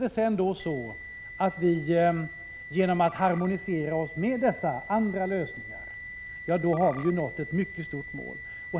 Skulle vi sedan lyckas harmonisera oss med dessa lösningar har vi ju nått ett mycket stort mål.